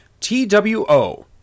T-W-O